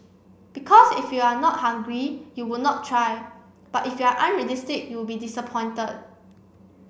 because if you are not hungry you would not try but if you are unrealistic you would be disappointed